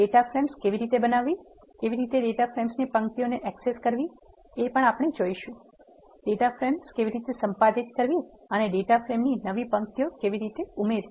data frames કેવી રીતે બનાવવી કેવી રીતે ડેટા ફ્રેમ્સની પંક્તિઓને એક્સેસ કરવી ડેટા ફ્રેમ્સ કેવી રીતે સંપાદિત કરવી અને ડેટા ફ્રેમની નવી પંક્તિઓ કેવી રીતે ઉમેરવી